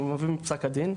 אני מביא מפסק הדין,